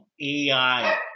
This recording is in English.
AI